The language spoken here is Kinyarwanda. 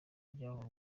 ryawe